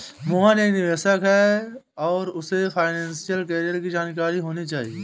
मोहन एक निवेशक है और उसे फाइनेशियल कैरियर की जानकारी होनी चाहिए